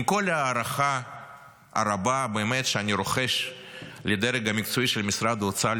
עם כל ההערכה הרבה שאני רוכש לדרג המקצועי של משרד האוצר,